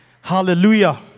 Hallelujah